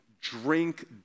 drink